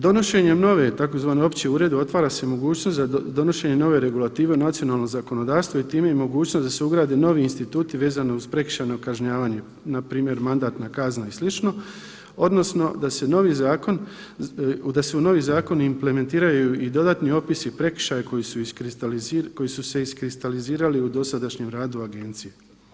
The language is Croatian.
Donošenjem nove tzv. opće uredbe otvara se mogućnost za donošenje nove regulative o nacionalnom zakonodavstvu i time i mogućnost da se ugrade novi instituti vezano uz prekršajno kažnjavanje npr. mandatna kazna i sl. odnosno da se u novi zakon implementiraju i dodatni opisi i prekršaji koji su se iskristalizirali u dosadašnjem radu agencije.